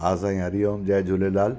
हा साईं हरिओम जय झूलेलाल